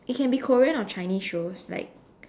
it can be Korean or Chinese shows like